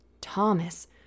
Thomas